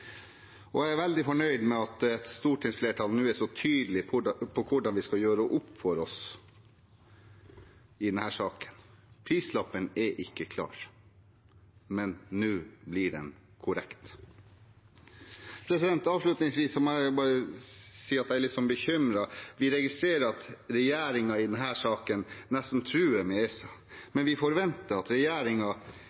Jeg er veldig fornøyd med at et stortingsflertall nå er så tydelig på hvordan vi skal gjøre opp for oss i denne saken. Prislappen er ikke klar, men nå blir den korrekt. Avslutningsvis må jeg bare si at jeg er litt bekymret. Vi registrerer at regjeringen i denne saken nesten truer med ESA,